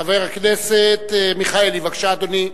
חבר הכנסת מיכאלי, בבקשה, אדוני.